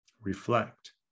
Reflect